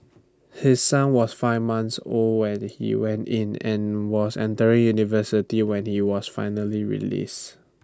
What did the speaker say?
his son was five months old when he went in and was entering university when he was finally released